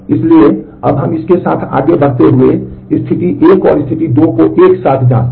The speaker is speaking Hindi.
इसलिए अब इसके साथ आगे बढ़ते हुए हम स्थिति 1 और स्थिति 2 को एक साथ जांचते हैं